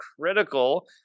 critical